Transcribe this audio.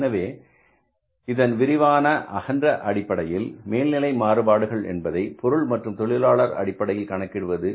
எனவே இதன் விரிவான அகன்ற அடிப்படையில் மேல்நிலை மாறுபாடுகள் என்பதை பொருள் மற்றும் தொழிலாளர் அடிப்படையில் கணக்கிடுவது